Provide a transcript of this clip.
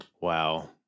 Wow